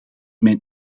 mijn